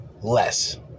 less